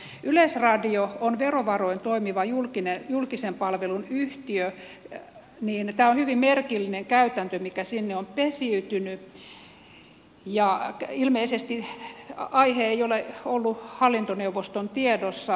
kun yleisradio on verovaroin toimiva julkisen palvelun yhtiö niin tämä on hyvin merkillinen käytäntö mikä sinne on pesiytynyt ja ilmeisesti aihe ei ole ollut hallintoneuvoston tiedossa